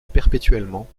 perpétuellement